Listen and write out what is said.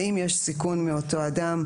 האם יש סיכון מאותו אדם,